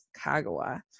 Kagawa